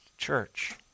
Church